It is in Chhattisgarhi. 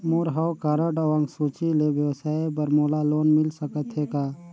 मोर हव कारड अउ अंक सूची ले व्यवसाय बर मोला लोन मिल सकत हे का?